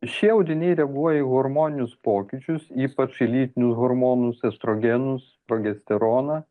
šie audiniai reaguoja į hormoninius pokyčius ypač į lytinius hormonus estrogenus progesteroną